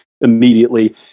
immediately